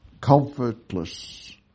comfortless